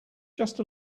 just